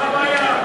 מה הבעיה?